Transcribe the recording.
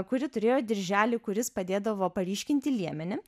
kuri turėjo dirželį kuris padėdavo paryškinti liemenį